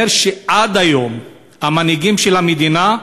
אומר שעד היום המנהיגים של המדינה,